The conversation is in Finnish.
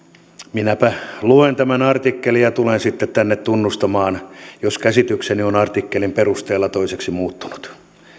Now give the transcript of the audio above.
minäpä luen tämän artikkelin ja tulen sitten tänne tunnustamaan jos käsitykseni on artikkelin perusteella toiseksi muuttunut